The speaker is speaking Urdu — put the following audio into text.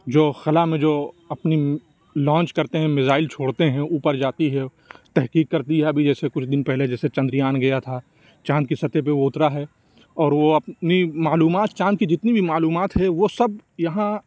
جو خلاء میں جو اپنی لانچ کرتے ہیں میزائل چھوڑتے ہیں اوپر جاتی ہے تحقیق کرتی ہے ابھی جیسے کچھ دِن پہلے جیسے چندریان گیا تھا چاند کی سطح پہ وہ اُترا ہے اور وہ اپنی معلومات چاند کی جتنی بھی معلومات ہے وہ سب یہاں